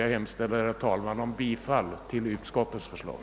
Jag hemställer om bifall till utskottets hemställan.